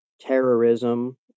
terrorism